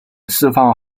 释放